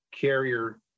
carrier